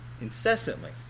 incessantly